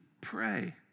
pray